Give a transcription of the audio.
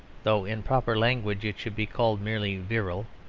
though in proper language it should be called merely virile